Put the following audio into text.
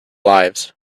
lives